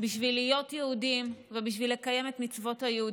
בשביל להיות יהודים ובשביל לקיים את מצוות היהודים.